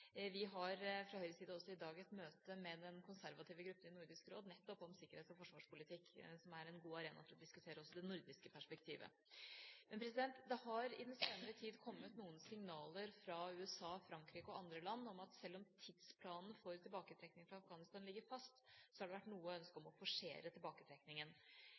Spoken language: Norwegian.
Vi har fra Høyres side også i dag et møte med den konservative gruppen i Nordisk råd, nettopp om sikkerhets- og forsvarspolitikk, som er en god arena for å diskutere også det nordiske perspektivet. Men det har i den senere tid kommet signaler fra USA, Frankrike og andre land om at selv om tidsplanen for tilbaketrekning fra Afghanistan ligger fast, har det vært noen ønsker om å forsere tilbaketrekningen.